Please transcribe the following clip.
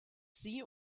sie